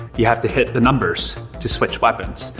you have to hit the numbers to switch weapons.